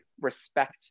respect